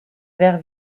verre